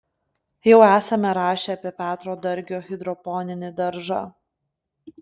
jau esame rašę apie petro dargio hidroponinį daržą